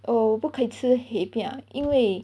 oh 我不可以吃 hei piar 因为